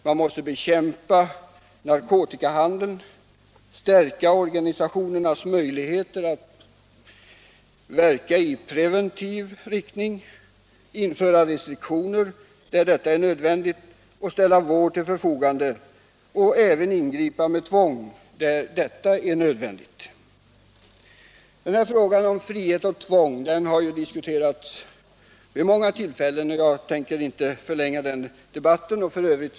Man måste bekämpa narkotikahandeln, förstärka organisationernas möjligheter att verka preventivt, införa restriktioner där detta är nödvändigt, ställa vård till förfogande och även ingripa med tvång där detta är nödvändigt. Frågan om frihet och tvång har diskuterats vid många tillfällen, och jag tänker inte ta upp den debatten i hela dess bredd nu.